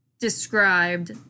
described